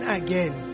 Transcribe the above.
again